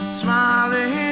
smiling